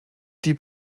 die